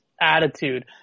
attitude